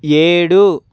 ఏడు